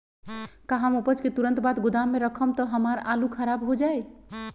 का हम उपज के तुरंत बाद गोदाम में रखम त हमार आलू खराब हो जाइ?